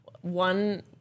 one